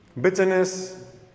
bitterness